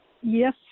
Yes